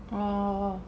oh